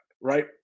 right